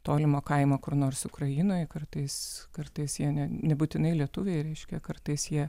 tolimo kaimo kur nors ukrainoje kartais kartais jie ne nebūtinai lietuviai reiškia kartais jie